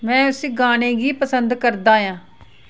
में उसी गाने गी पसंद करदा आं